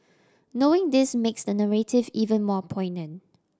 knowing this makes the narrative even more poignant